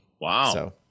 wow